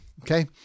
Okay